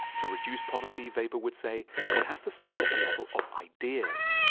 to reduce poverty, weber would say one has to start at the level of ideas.